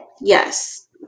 yes